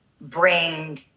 bring